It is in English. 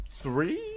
Three